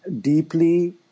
deeply